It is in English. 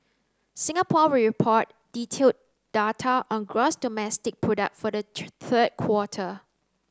Singapore will report detailed data on gross domestic product for the third quarter